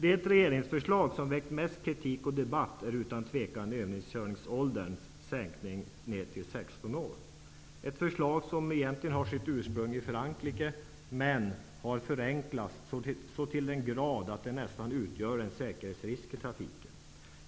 Det regeringsförslag som väckt mest kritik och debatt är utan tvivel förslaget om en sänkt övningskörningsålder, ner till 16 år -- ett förslag som egentligen har sitt ursprung i Frankrike, men som har förenklats så till den grad att det nästan utgör en säkerhetsrisk för trafiken.